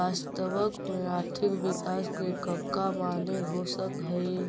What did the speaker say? वास्तव में आर्थिक विकास के कका माने हो सकऽ हइ?